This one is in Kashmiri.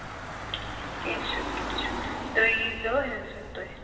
کیٚنٛہہ چھُنہٕ کیٚنٛہہ چھُنہٕ تُہۍ یی زیٚو أنۍ زیٚو تُہۍ